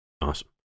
Awesome